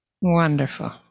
Wonderful